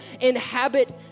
inhabit